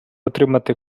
отримати